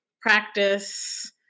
practice